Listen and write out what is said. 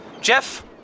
Jeff